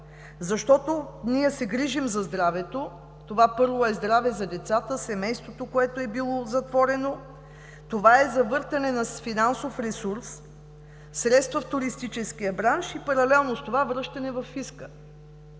Защото ние се грижим за здравето – това, първо, е здраве за децата, семейството, което е било затворено. Това е завъртане на финансов ресурс, средства в туристическия бранш и паралелно с това връщане във фиска.